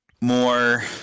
more